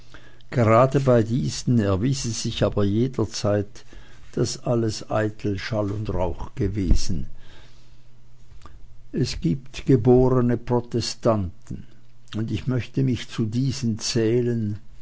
gerade bei diesen erwies es sich aber jederzeit daß alles eitel schall und rauch gewesen es gibt geborene protestanten und ich möchte mich zu diesen zählen